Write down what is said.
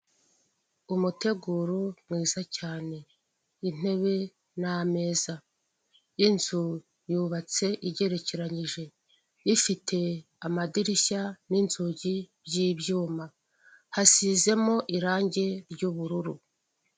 Umuteguro mwiza cyane, intebe n'ameza, inzu yubatse igerekeranyije ifite amadirishya n'inzugi by'ibyuma, hasizemo irange ry'ubururu.